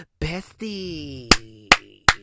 bestie